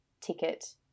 ticket